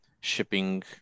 shipping